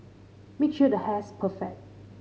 make sure the hair's perfect